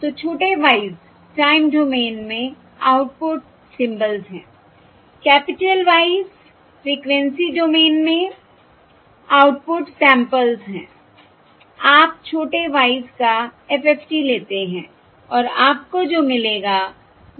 तो छोटे y s time domain में आउटपुट सिंबल्स हैं capital Y s frequency domain में आउटपुट सैंपल्स हैं आप छोटे y s का FFT लेते हैं और आपको जो मिलेगा वह आउटपुट है